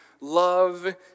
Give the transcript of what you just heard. love